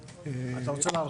אתה רוצה להרחיב?